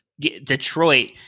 Detroit